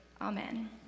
Amen